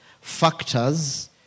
factors